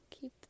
Keep